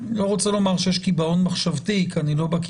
אני לא רוצה לומר שיש קיבעון מחשבתי כי אני לא בקי